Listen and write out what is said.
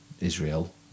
Israel